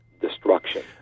destruction